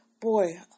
boy